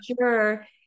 sure